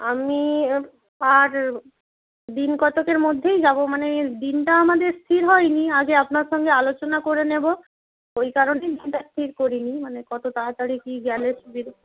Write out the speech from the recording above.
আমি আর দিনকতকের মধ্যেই যাব মানে ইয়ে দিনটা আমাদের স্থির হয়নি আগে আপনার সঙ্গে আলোচনা করে নেব ওই কারনেই দিনটা স্থির করিনি মানে কত তাড়াতাড়ি কী গেলে সুবিধে